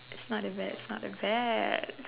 it's not that bad it's not that bad